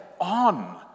on